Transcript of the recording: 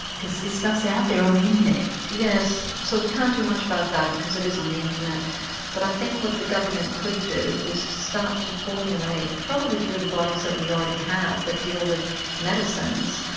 because this stuff is out there on the internet? yes, so we can't do much about that because it is on the internet but i think what the government could do is to start to formulate, probably through the bodies that we already have that deal with medicines,